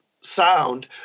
sound